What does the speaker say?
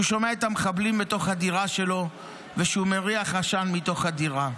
-- שהוא שומע את המחבלים בתוך הדירה שלו ושהוא מריח עשן מתוך הדירה.